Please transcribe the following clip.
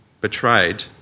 betrayed